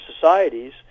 societies